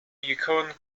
yukon